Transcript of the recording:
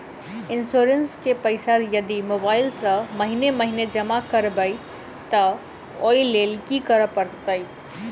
Insurance केँ पैसा यदि मोबाइल सँ महीने महीने जमा करबैई तऽ ओई लैल की करऽ परतै?